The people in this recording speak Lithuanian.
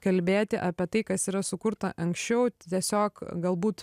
kalbėti apie tai kas yra sukurta anksčiau tiesiog galbūt